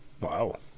wow